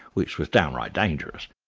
which was downright dangerous.